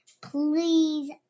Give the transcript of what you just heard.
Please